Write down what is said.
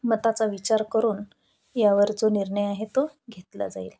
मताचा विचार करून यावर जो निर्णय आहे तो घेतला जाईल